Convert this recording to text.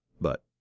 But